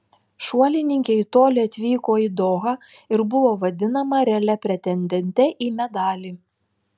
šuolininkė į tolį atvyko į dohą ir buvo vadinama realia pretendente į medalį